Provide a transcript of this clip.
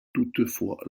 toutefois